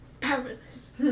Powerless